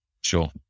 sure